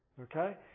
Okay